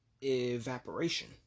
evaporation